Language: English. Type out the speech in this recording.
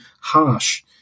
harsh